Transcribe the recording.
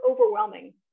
overwhelming